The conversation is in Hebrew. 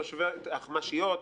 אחמ"שיות,